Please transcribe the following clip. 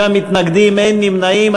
36 מתנגדים, אין נמנעים.